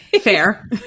Fair